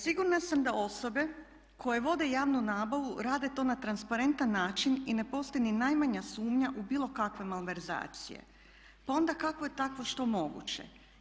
Sigurna sam da osobe koje vode javnu nabavu rade to na transparentan način i ne postoji niti najmanja sumnja u bilo kakve malverzacije pa onda kako je takvo što moguće?